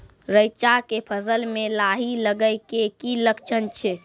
रैचा के फसल मे लाही लगे के की लक्छण छै?